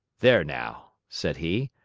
there, now, said he,